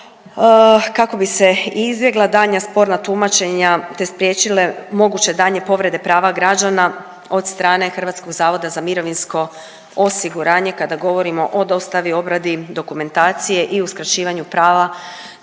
kako bi se izbjegla daljnja sporna tumačenja te spriječile moguće daljnje povrede prava građana od strane HZMO kada govorimo o dostavi, obradi dokumentacije i uskraćivanju prava